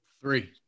Three